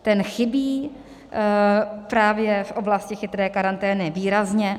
Ten chybí právě v oblasti chytré karantény výrazně.